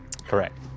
Correct